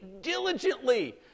diligently